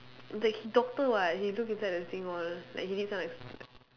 like he doctor [what] he look inside the thing all like he did some expe~